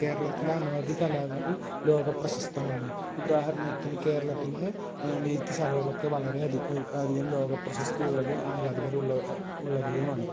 കേരളത്തിൽ അനവധി കലകൾ ലോകപ്രശസ്തമാണ് ഉദാഹരണത്തിന് കേരളത്തിലെ നെയ്ത്തുശാലകളൊക്കെ വളരെയധികം അധികം ലോകപ്രശസ്തിയുള്ളതും ആരാധകരുള്ള ഉള്ളവയും ആണ്